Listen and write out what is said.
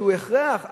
שהוא הכרח,